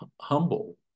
humble